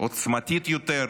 עוצמתית יותר?